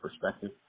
perspective